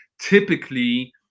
typically